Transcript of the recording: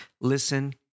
Listen